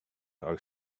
our